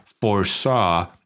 foresaw